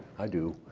i do.